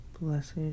blessed